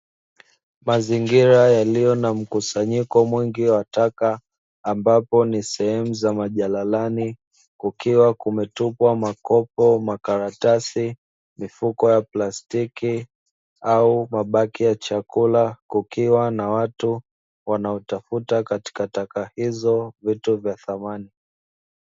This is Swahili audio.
Mazingira yaliyo na mkusanyiko mwingi wa taka ambapo ni sehemu za majajalani kukiwa kumetupwa makopo, makaratasi, mifuko ya plastiki au mabaki ya chakula kukiwa na watu wanaotafuta katika taka hizo vitu vya thamani.